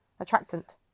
attractant